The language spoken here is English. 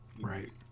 Right